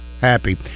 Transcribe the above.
happy